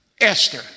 Esther